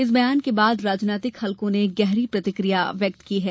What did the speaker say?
इस बयान के बाद राजनीतिक हल्कों ने गहरी प्रतिक्रिया व्यक्त की है